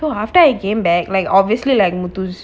so after I came back like obviously like muthu's